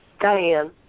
Diane